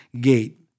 gate